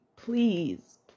Please